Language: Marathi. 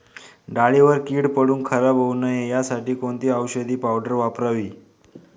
डाळीवर कीड पडून खराब होऊ नये यासाठी कोणती औषधी पावडर वापरावी?